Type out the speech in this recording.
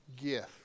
gift